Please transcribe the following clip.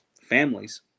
families